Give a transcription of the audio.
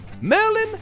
Merlin